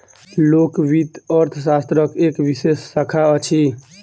लोक वित्त अर्थशास्त्रक एक विशेष शाखा अछि